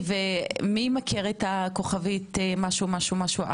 מי מכיר את הכוכבית הזו?